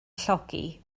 llogi